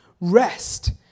rest